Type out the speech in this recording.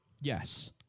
yes